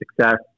success